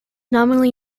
nominally